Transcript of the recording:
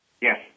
Yes